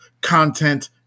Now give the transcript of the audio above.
content